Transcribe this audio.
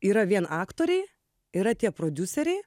yra vien aktoriai yra tie prodiuseriai